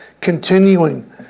continuing